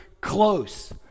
close